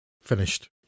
finished